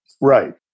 Right